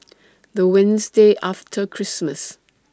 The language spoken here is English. The Wednesday after Christmas